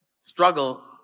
struggle